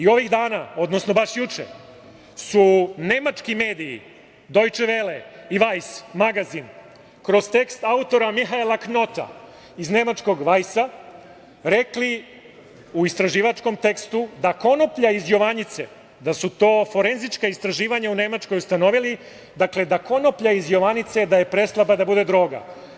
Ovih dana, odnosno baš juče su nemački mediji „Dojče vele“ i „Vajs“ magazi, kroz tekst autora Mihaela Knota iz nemačkog „Vajsa“ rekli u istraživačkom tekstu da, to su forenzička istraživanja u Nemačkoj ustanovila, konoplja iz „Jovanjice“ je preslaba da bude droga.